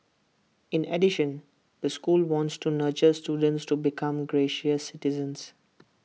in addition the school wants to nurture students to become gracious citizens